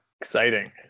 Exciting